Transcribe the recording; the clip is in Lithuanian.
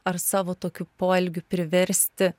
ar savo tokiu poelgiu priversti